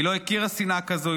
היא לא הכירה שנאה כזו.